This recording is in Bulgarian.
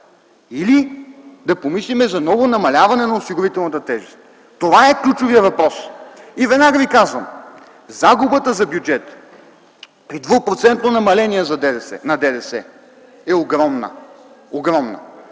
или да помислим за ново намаляване на осигурителната тежест? Това е ключовият въпрос и веднага ви казвам: загубата за бюджета при двупроцентно намаление на ДДС е огромна.